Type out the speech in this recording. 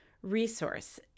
Resource